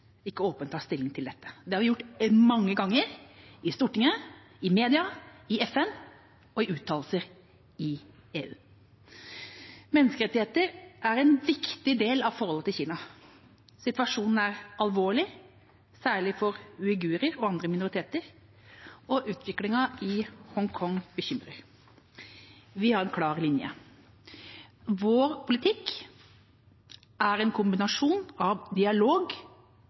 ikke åpent tar stilling til dette. Det har vi gjort mange ganger, i Stortinget, i media, i FN og i uttalelser i EU. Menneskerettigheter er en viktig del av forholdet til Kina. Situasjonen er alvorlig, særlig for uigurer og andre minoriteter, og utviklingen i Hongkong bekymrer. Vi har en klar linje: Vår politikk er en kombinasjon av dialog